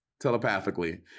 telepathically